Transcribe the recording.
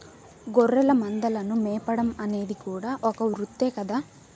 గొర్రెల మందలను మేపడం అనేది కూడా ఒక వృత్తే కదా